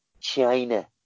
China